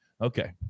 Okay